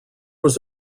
was